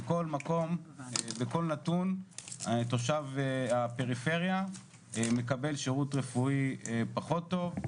בכל מקום וכל נתון תושב הפריפריה מקבל שירות רפואי פחות טוב,